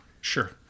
Sure